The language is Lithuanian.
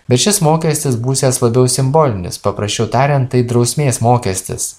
bet šis mokestis būsiąs labiau simbolinis paprasčiau tariant tai drausmės mokestis